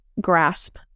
grasp